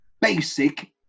basic